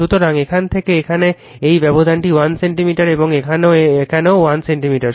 সুতরাং এখান থেকে এখানে এই ব্যবধানটি 1 সেন্টিমিটার এবং এখানেও 1 সেন্টিমিটার